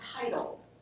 title